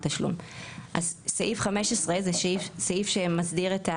תשלום"; סעיף 15 זה סעיף שמסדיר את היכולת,